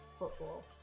Football